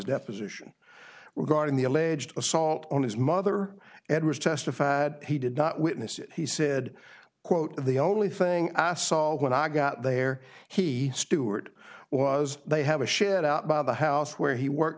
deposition regarding the alleged assault on his mother and was testified he did not witness it he said quote the only thing i saw when i got there he steward was they have a shared out by the house where he worked